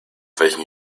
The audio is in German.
welchen